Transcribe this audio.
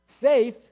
Safe